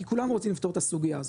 כי כולם רוצים לפתור את הסוגייה הזאת,